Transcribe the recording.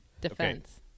defense